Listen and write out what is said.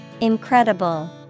Incredible